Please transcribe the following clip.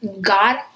God